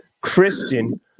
Christian